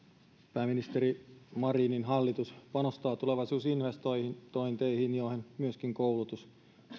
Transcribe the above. pääministeri marinin hallitus panostaa tulevaisuusinvestointeihin joihin myöskin koulutus